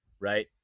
right